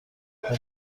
ولی